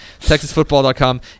Texasfootball.com